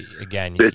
again